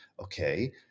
Okay